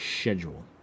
Schedule